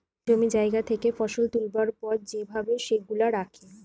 জমি জায়গা থেকে ফসল তুলবার পর যে ভাবে সেগুলা রাখে